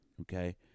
okay